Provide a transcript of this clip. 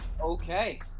Okay